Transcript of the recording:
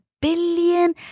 billion